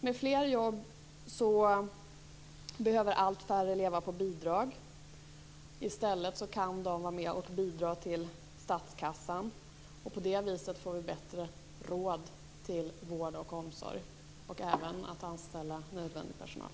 Med fler jobb blir det allt färre som behöver leva på bidrag. I stället kan man vara med och bidra till statskassan. På det viset får vi bättre råd med vård och omsorg - och också med att anställa nödvändig personal.